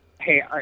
Hey